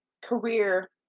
career